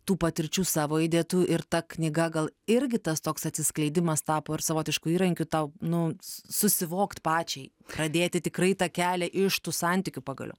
tų patirčių savo įdėtų ir ta knyga gal irgi tas toks atsiskleidimas tapo savotišku įrankiu tau nu susivokt pačiai pradėti tikrai tą kelią iš tų santykių pagaliau